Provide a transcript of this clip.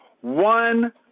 one